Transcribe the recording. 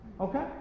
Okay